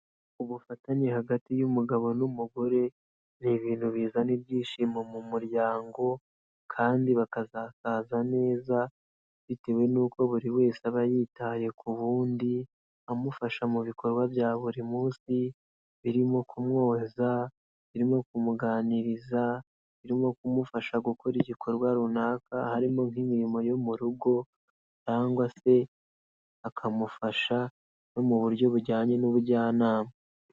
Ubufatanye hagati y'umugabo n'umugore, ni ibintu bizana ibyishimo mu muryango, kandi bakazasaza neza, bitewe n'uko buri wese aba yitaye ku wundi, amufasha mu bikorwa bya buri munsi, birimo kumwoza, birimo kumuganiriza, birimo kumufasha gukora igikorwa runaka harimo nk'imirimo yo mu rugo cyangwa se akamufasha no mu buryo bujyanye n'ubujyanama.